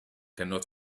cannot